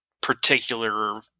particular